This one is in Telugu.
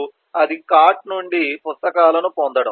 1 మరియు అది కార్ట్ నుండి పుస్తకాలను పొందడం